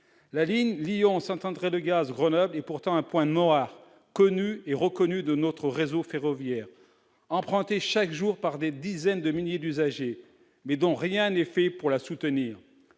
La ligne Lyon-Saint-André-le-Gaz-Grenoble a beau être un point noir connu et reconnu de notre réseau ferroviaire, emprunté chaque jour par des dizaines de milliers d'usagers, rien n'est fait pour la soutenir.